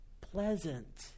pleasant